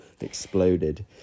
exploded